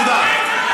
תודה.